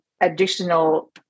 additional